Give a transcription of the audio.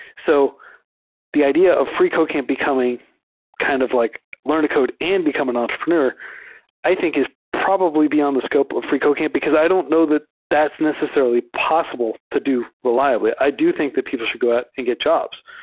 so the idea of freecodecamp becoming kind of like learn to code and become an entrepreneur i think is probably beyond the scope of freecodecamp, because i don't know the that's necessarily possible to do re liab ly. i do think that people should go out and get jobs.